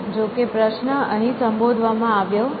જોકે પ્રશ્ન અહીં સંબોધવામાં આવ્યો નથી